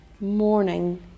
morning